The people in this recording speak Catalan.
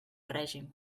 règim